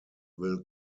will